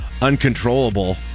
uncontrollable